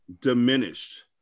diminished